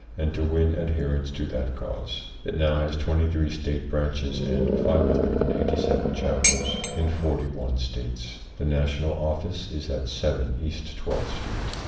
and to win adherents to that cause. it now has twenty three state branches and five hundred and eighty seven chapters in forty one states. the national office is at seven east twelve street,